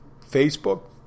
Facebook